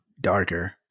darker